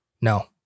No